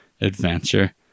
adventure